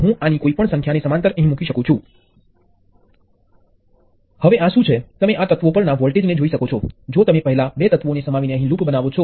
હું આ દરેક સંયોજન માટે નહીં કરું પરંતુ આપણે તે થોડા એલિમેન્ટો માટે કરીશું જેમાં કેટલાક રસપ્રદ ગુણધર્મો છે